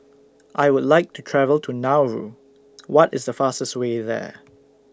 I Would like to travel to Nauru What IS The fastest Way There